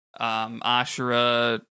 Ashura